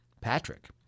Patrick